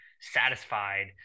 satisfied